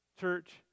Church